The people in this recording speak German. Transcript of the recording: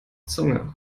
zunge